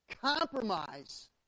compromise